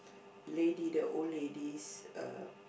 lady the old ladies uh